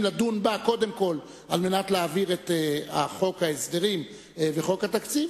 לדון בה קודם כול על מנת להעביר את חוק ההסדרים וחוק התקציב,